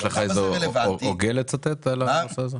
יש לך איזה הוגה לצטט על הנושא הזה?